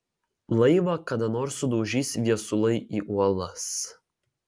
laivą kada nors sudaužys viesulai į uolas